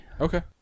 Okay